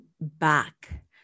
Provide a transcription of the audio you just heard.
back